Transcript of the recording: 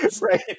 Right